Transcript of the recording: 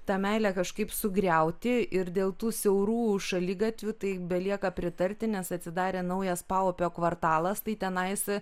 tą meilę kažkaip sugriauti ir dėl tų siaurų šaligatvių tai belieka pritarti nes atsidarė naujas paupio kvartalas tai tenais